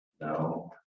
No